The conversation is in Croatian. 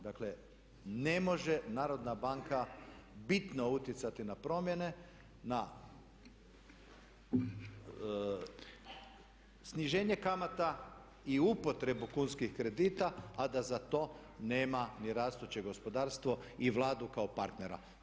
Dakle ne može narodna banka bitno utjecati na promjene na sniženje kamata i upotrebu kunskih kredita a da za to nema ni rastuće gospodarstvo i Vladu kao partnera.